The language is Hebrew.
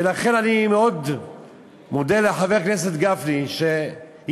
ולכן אני מאוד מודה לחבר הכנסת גפני שהצליח